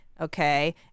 Okay